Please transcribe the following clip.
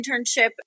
internship